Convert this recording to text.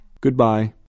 Goodbye